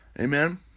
Amen